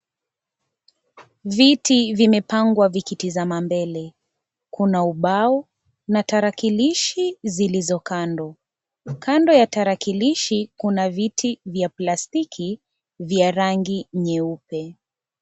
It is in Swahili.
Viti vimepangwa vikitazama mbele. Kuna ubao na tarakilishi zilizo kando. Kando ya tarakilishi kuna viti vya plastiki vya rangi nyeupe.